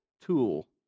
tool